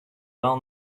well